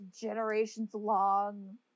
generations-long